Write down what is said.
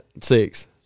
Six